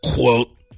quote